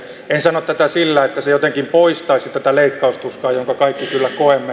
en sano tätä sillä että se jotenkin poistaisi tätä leikkaustuskaa jota kaikki kyllä koemme